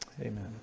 Amen